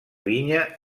vinya